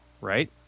right